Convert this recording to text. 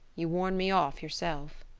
you warned me off yourself.